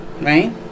right